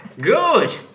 Good